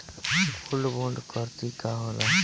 Gold bond करतिं का होला?